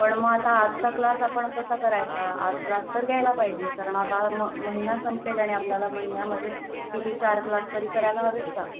पण मग आता आजचा क्लास आपण कसा करायचा आज क्लास तर घ्यायला पाहिजे कारण आता म महिना संपेल आणि आपल्याला महिन्यामध्ये किती चार क्लास तरी करायला हवेत का